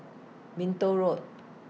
Minto Road